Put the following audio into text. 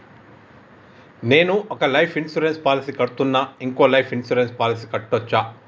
నేను ఒక life insurance policy కడ్తున్నా, ఇంకో లైఫ్ ఇన్సూరెన్స్ పాలసీ కట్టొచ్చా?